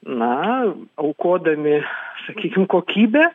na aukodami sakyčiau kokybę